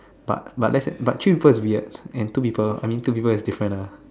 but but that's but three people is weird and two people I mean two people is different lah